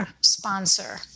sponsor